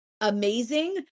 amazing